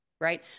right